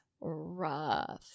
rough